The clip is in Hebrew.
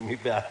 מי בעד?